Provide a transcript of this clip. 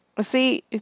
See